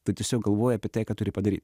tu tiesiog galvoji apie tai ką turi padaryt